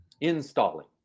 Installing